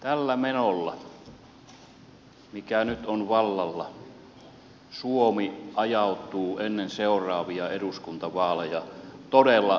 tällä menolla mikä nyt on vallalla suomi ajautuu ennen seuraavia eduskuntavaaleja todella syvään lamaan